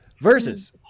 Versus